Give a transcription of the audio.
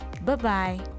Bye-bye